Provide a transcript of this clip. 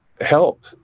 help